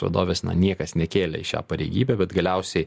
vadovės na niekas nekėlė į šią pareigybę bet galiausiai